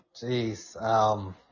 Jeez